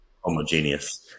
homogeneous